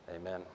amen